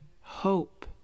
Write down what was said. hope